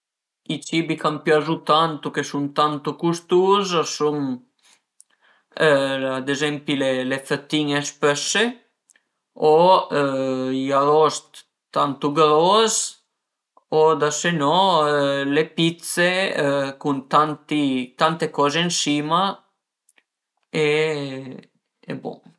I cibi ch'an piazu tantu ch'a sun tantu custus a sun ad ezempi le fëtin-e spësse o i arost tantu gros o da senò le pizze cun tanti tante coze ënsima e bon